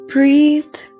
Breathe